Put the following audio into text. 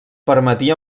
permetia